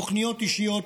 תוכניות אישיות,